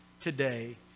today